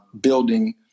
building